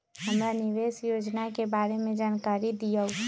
हमरा निवेस योजना के बारे में जानकारी दीउ?